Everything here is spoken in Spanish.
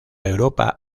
europa